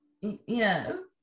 Yes